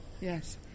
Yes